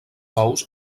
ous